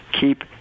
Keep